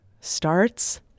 starts